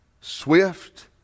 swift